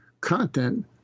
content